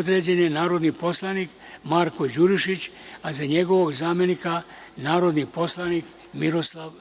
određen je narodni poslanik Marko Đurišić, a za njegovog zamenika narodni poslanik Miroslav